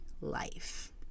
life